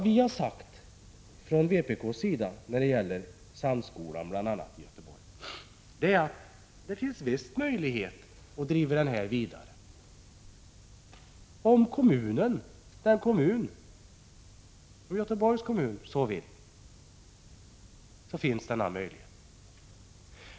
Vi har från vpk:s sida sagt, bl.a. om Samskolan i Göteborg, att det visst finns möjligheter att driva fristående skolor vidare om kommunen, i detta fall Göteborgs kommun, så vill.